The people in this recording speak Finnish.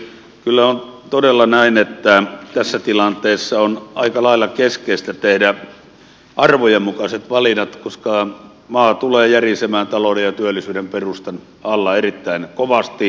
kyllä on todella näin että tässä tilanteessa on aika lailla keskeistä tehdä arvojen mukaiset valinnat koska maa tulee järisemään talouden ja työllisyyden perustan alla erittäin kovasti